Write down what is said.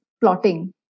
plotting